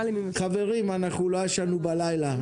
חברים, אנחנו לא ישנו בלילה.